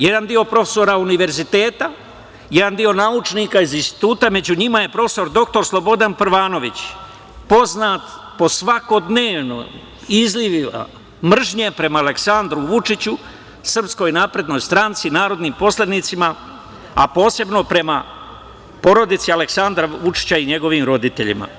Jedan deo profesora univerziteta, jedan deo naučnika iz instituta, a među njima je prof. dr Slobodan Prvanović, poznat po svakodnevnim izlivima mržnje prema Aleksandru Vučiću, SNS, narodnim poslanicima, a posebno prema porodici Aleksandra Vučića i njegovim roditeljima.